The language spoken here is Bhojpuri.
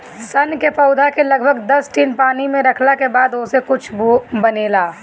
सन के पौधा के लगभग दस दिन पानी में रखले के बाद ओसे कुछू बनेला